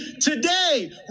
Today